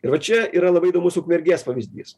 ir va čia yra labai įdomus ukmergės pavyzdys